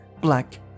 black